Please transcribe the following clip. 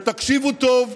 ותקשיבו טוב,